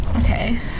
okay